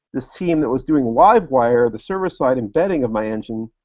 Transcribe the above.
this team that was doing livewire, the service side embedding of my engine,